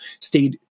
stayed